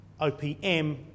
OPM